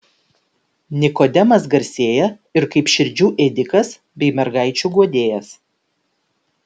nikodemas garsėja ir kaip širdžių ėdikas bei mergaičių guodėjas